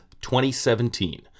2017